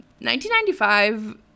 1995